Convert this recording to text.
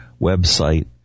website